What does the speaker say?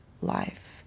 life